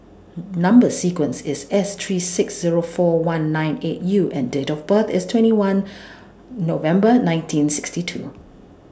Number sequence IS S three six Zero four one nine eight U and Date of birth IS twenty one November nineteen sixty two